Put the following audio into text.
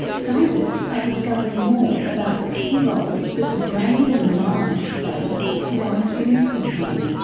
scientists are discovering more about the key role that the brain and the mind play in our experience of pain.